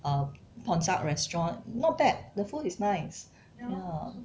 uh pornsak restaurant not bad the food is nice